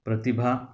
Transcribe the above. ಪ್ರತಿಭಾ